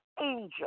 angel